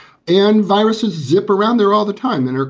and viruses zip around there all the time. and.